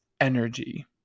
energy